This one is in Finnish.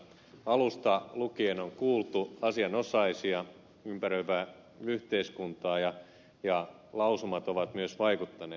alusta lukien on kuultu asianosaisia ympäröivää yhteiskuntaa ja lausumat ovat myös vaikuttaneet